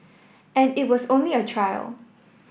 and it was only a trial